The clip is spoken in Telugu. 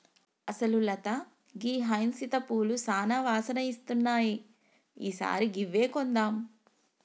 అసలు లత గీ హైసింత పూలు సానా వాసన ఇస్తున్నాయి ఈ సారి గివ్వే కొందాం